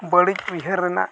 ᱵᱟᱹᱲᱤᱡ ᱩᱭᱦᱟᱹᱨ ᱨᱮᱱᱟᱜ